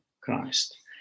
Christ